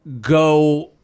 go